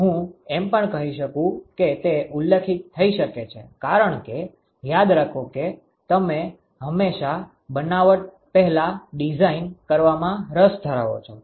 હું એમ પણ કહી શકું કે તે ઉલ્લેખિત થઈ શકે છે કારણ કે યાદ રાખો કે તમે હંમેશા બનાવટ પહેલાં ડિઝાઇન કરવામાં રસ ધરાવો છો